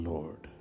Lord